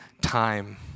time